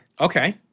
Okay